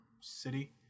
City